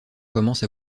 commence